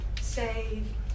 save